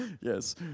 Yes